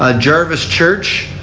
ah jarvis church,